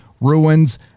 ruins